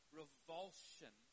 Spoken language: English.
revulsion